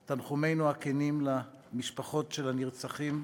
להביע את תנחומינו הכנים למשפחות של הנרצחים,